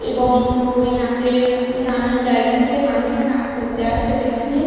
এবং ওই নাচের নানান জায়গা থেকে মানুষরা নাচ করতে আসে যেখানে